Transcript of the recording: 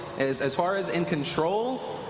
as as far as in control,